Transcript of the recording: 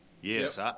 yes